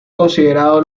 considerados